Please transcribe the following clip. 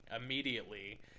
immediately